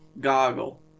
Goggle